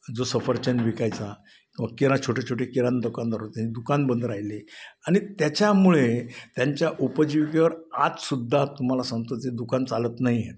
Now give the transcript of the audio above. जो सफरचंद विकायचा किंवा किराणा छोटे छोटे किराणा दुकानदार होते त्यांचे दुकान बंद राहिले आणि त्याच्यामुळे त्यांच्या उपजीविकेवर आजसुद्धा तुम्हाला सांगतो ते दुकान चालत नाही आहेत